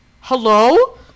Hello